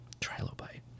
Trilobite